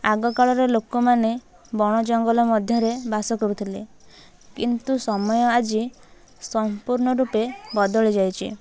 ଆଗକାଳର ଲୋକମାନେ ବଣ ଜଙ୍ଗଲ ମଧ୍ୟରେ ବାସ କରୁଥିଲେ କିନ୍ତୁ ସମୟ ଆଜି ସମ୍ପୂର୍ଣ୍ଣ ରୂପେ ବଦଳି ଯାଇଛି